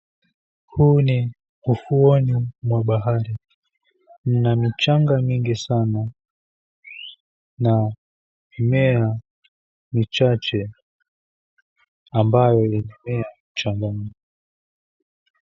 Huu ni ufuoni mwa bahari. Mna michanga mingi sana na mimea michache ambayo imemea mchangani.